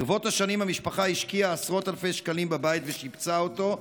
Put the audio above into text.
ברבות השנים המשפחה השקיעה עשרות אלפי שקלים בבית ושיפצה אותו,